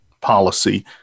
policy